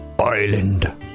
island